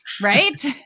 right